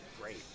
great